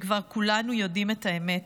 כשכבר כולנו יודעים את האמת,